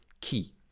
key